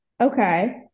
Okay